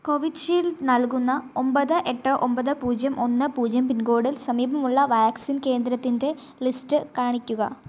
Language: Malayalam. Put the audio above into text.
കോവിഡ്ഷീൽഡ് നൽകുന്ന ഒമ്പത് എട്ട് ഒമ്പത് പൂജ്യം ഒന്ന് പൂജ്യം പിൻകോഡിൽ സമീപമുള്ള വാക്സിൻ കേന്ദ്രത്തിൻ്റെ ലിസ്റ്റ് കാണിക്കുക